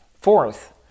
Fourth